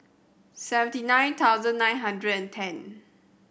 seventy nine thousand nine hundred and ten